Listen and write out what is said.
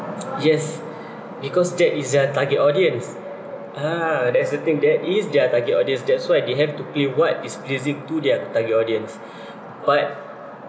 yes because that is their target audience ah that's the thing that is their target audience that's why they have to play what is pleasing to their target audience but